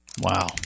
Wow